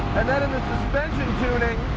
and then in the suspension tuning,